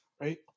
right